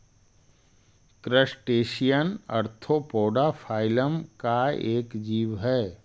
crustacean arthropoda phylum का एक जीव हई